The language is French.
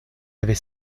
avait